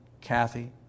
Kathy